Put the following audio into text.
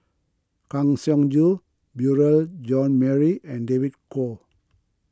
Kang Siong Joo Beurel Jean Marie and David Kwo